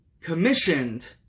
commissioned